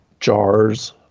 jars